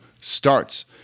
starts